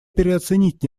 переоценить